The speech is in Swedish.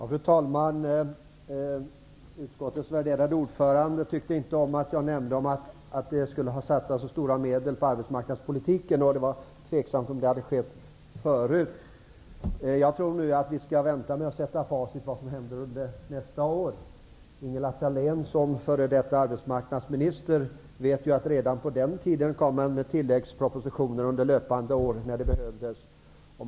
Fru talman! Utskottets värderade ordförande tyckte inte om att jag nämnde att det satsas så stora medel på arbetsmarknadspolitiken att det är tveksamt om det har skett så stora satsningar förut. Jag tror nog att vi skall vänta med att bestämma facit för vad som händer under nästa år. Ingela Thalén som f.d. arbetsmarknadsminister vet ju att redan på den tiden kom regeringen med tilläggspropositioner under löpande år, när det behövdes.